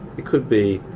it could be